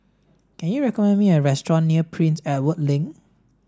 can you recommend me a restaurant near Prince Edward Link